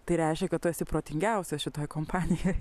tai reiškia kad tu esi protingiausias šitoj kompanijoj